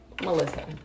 Melissa